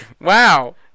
wow